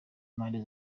impande